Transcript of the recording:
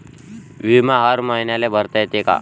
बिमा हर मईन्याले भरता येते का?